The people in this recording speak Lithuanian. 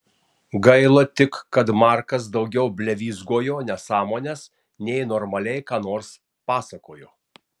gaila tik kad markas daugiau blevyzgojo nesąmones nei normaliai ką nors pasakojo